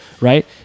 right